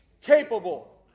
capable